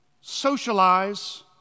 socialize